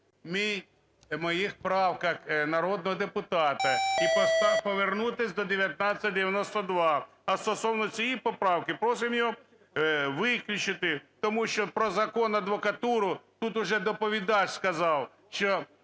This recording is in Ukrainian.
мій в моїх правках як народного депутата і повернутися до 1992. А стосовно цієї поправки, просимо її виключити. Тому що про Закон адвокатуру тут вже доповідач сказав, що